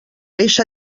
eixa